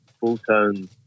full-tone